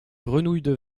grenouilles